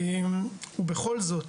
בכל זאת,